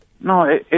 No